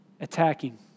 Attacking